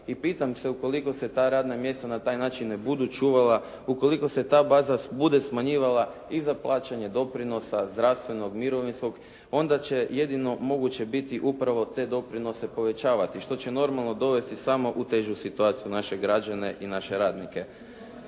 i pitam se ukoliko se ta radna mjesta na taj način ne budu čuvala, ukoliko se ta baza bude smanjivala i za plaćanje doprinosa, zdravstvenog, mirovinskog onda će jedino moguće biti upravo te doprinose povećavati što će normalno dovesti samo u težu situaciju naše građane i naše radnike.